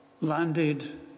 landed